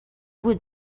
would